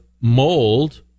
mold